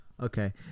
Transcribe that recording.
Okay